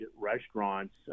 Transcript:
restaurants